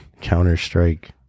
Counter-Strike